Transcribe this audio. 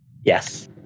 Yes